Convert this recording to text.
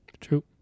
True